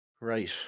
Right